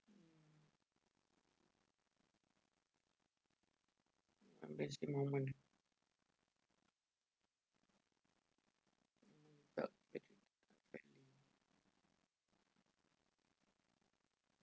amazing moment uh big big